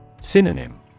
Synonym